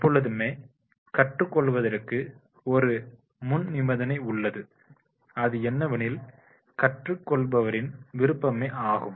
எப்பொழுதுமே கற்றுக் கொள்வதற்கு ஒரு முன்நிபந்தனை உள்ளது அது என்னவெனில் கற்றுக் கொள்பவரின் விருப்பமே ஆகும்